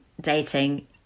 dating